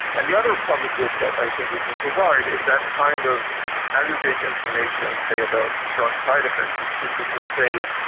and the other public good that i think we can provide is that kind of aggregate information, say about drug side-effects, if we could say,